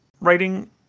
writing